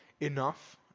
enough